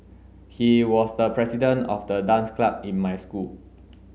he was the president of the dance club in my school